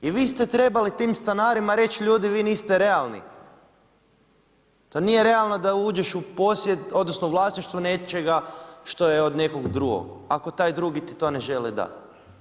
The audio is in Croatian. I vi ste trebali tim stanarima reći, ljudi vi niste realni, to nije realno da uđeš u posjed odnosno u vlasništvo nečega što je od nekog drugog ako taj drugi ti to ne želi dati.